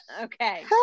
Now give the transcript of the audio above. okay